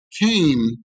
Came